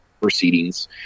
proceedings